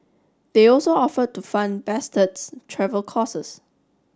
they also offered to fun Bastard's travel costs